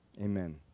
amen